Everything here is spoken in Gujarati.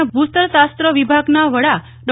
ના ભૂસ્તરશાત્ર વિભાગના વડા ડો